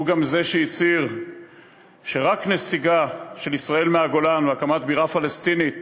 הוא גם זה שהצהיר שרק נסיגה של ישראל מהגולן והקמת בירה פלסטינית